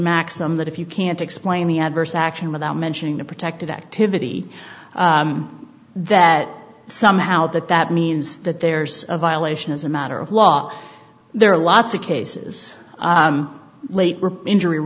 maxim that if you can't explain the adverse action without mentioning the protected activity that somehow that that means that there's a violation as a matter of law there are lots of cases late